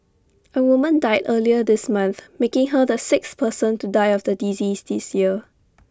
A woman died earlier this month making her the sixth person to die of the disease this year